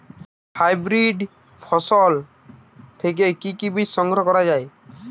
Hybrid ফসল থেকে কি বীজ সংগ্রহ করা য়ায়?